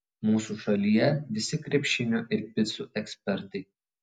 mūsų šalyje visi krepšinio ir picų ekspertai